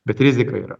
bet rizika yra